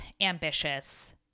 ambitious